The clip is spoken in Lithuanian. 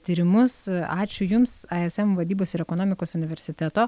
tyrimus ačiū jums aiesem vadybos ir ekonomikos universiteto